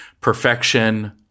perfection